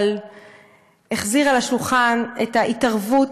אבל החזירה לשולחן את ההתערבות